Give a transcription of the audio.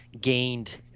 gained